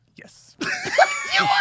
Yes